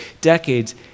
decades